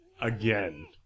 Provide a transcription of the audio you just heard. again